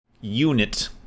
unit